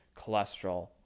cholesterol